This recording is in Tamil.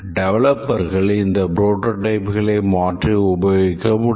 டேவலப்பர்கள் இந்த புரோடோடைப்களை மாற்றி உபயோகிக்க முடியும்